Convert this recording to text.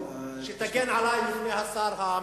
אני מבקש שתגן עלי מפני השר המתקיף.